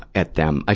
at them. ah